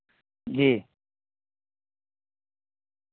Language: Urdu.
جی